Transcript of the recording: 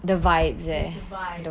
yes the vibes